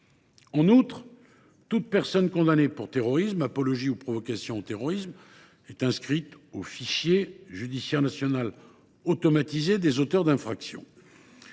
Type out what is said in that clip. En outre, toute personne condamnée pour terrorisme, apologie du terrorisme ou provocation au terrorisme est inscrite au fichier judiciaire national automatisé des auteurs d’infractions